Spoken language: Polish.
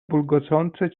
bulgocące